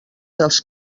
dels